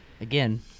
again